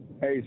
Hey